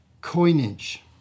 coinage